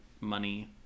money